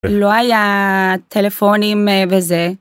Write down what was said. לא היה טלפונים וזה.